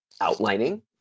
outlining